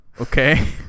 Okay